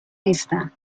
نیستم